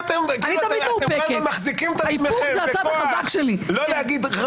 אתם כל הזמן מחזיקים את עצמכם בכוח לא להגיד.